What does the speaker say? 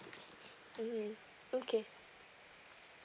mmhmm okay